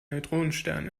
neutronenstern